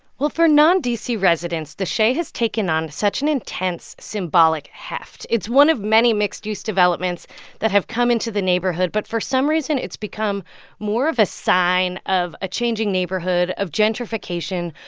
well, for non-d c. residents, the shay has taken on such an intense symbolic heft. it's one of many mixed-use developments that have come into the neighborhood. but for some reason, it's become more of a sign of a changing neighborhood of gentrification,